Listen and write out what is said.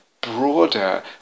broader